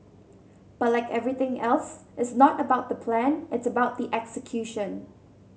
but like everything else it's not about the plan it's about the execution